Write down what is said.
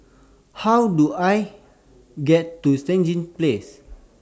How Do I get to Stangee Place